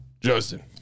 Justin